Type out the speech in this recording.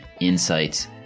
Insight's